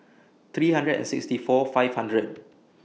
three hundred and sixty four five hundred